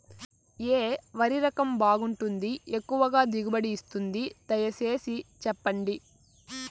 ఏ వరి రకం బాగుంటుంది, ఎక్కువగా దిగుబడి ఇస్తుంది దయసేసి చెప్పండి?